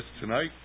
tonight